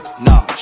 Nah